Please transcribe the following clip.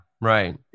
right